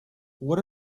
what